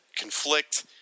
conflict